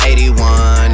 81